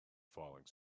falling